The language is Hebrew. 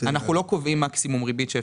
אנחנו לא קובעים מקסימום ריבית.